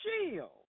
shield